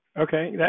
Okay